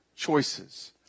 choices